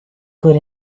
good